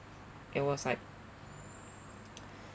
it was like